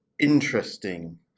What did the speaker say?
interesting